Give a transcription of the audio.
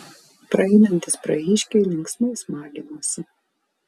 praeinantys prahiškiai linksmai smaginosi